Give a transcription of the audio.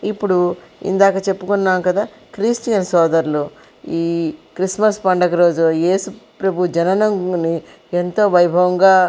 ఇప్పుడు ఇందాక చెప్పుకున్నాం కదా క్రిష్టియన్ సోదరులు ఈ క్రిస్టమస్ పండుగ రోజు యేసుప్రభు జననాన్ని ఎంతో వైభవంగా